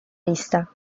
vista